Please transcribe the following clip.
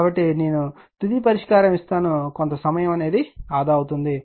కాబట్టి నేను తుది పరిష్కారం ఇస్తాను కొంత సమయం ఆదా అవుతుంది